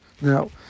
Now